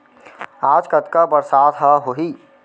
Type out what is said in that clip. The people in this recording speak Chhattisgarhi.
आज कतका बरसात ह होही?